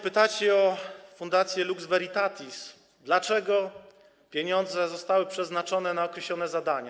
Pytacie o Fundację Lux Veritatis, dlaczego pieniądze zostały przeznaczone na określone zadania.